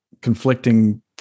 conflicting